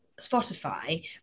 Spotify